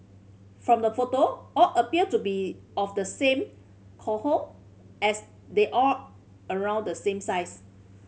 from the photo all appear to be of the same cohort as they are around the same size